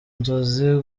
nzozi